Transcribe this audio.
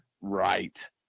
right